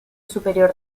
superior